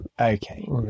Okay